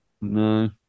No